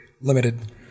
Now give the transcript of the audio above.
Limited